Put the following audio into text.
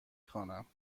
خوانم